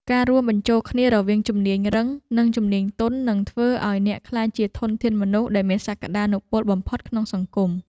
ការរួមបញ្ចូលគ្នារវាងជំនាញរឹង និងជំនាញទន់នឹងធ្វើឱ្យអ្នកក្លាយជាធនធានមនុស្សដែលមានសក្ដានុពលបំផុតក្នុងសង្គម។